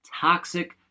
Toxic